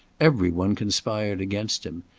everyone conspired against him.